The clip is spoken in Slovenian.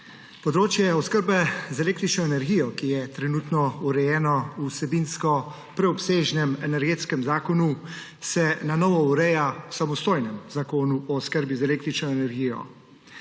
Področje oskrbe z električno energijo, ki je trenutno urejeno v vsebinsko preobsežnem Energetskem zakonu, se na novo ureja v samostojnem zakonu o oskrbi z električno energijo.